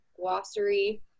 glossary